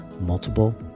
multiple